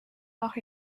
nach